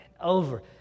over